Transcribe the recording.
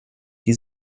die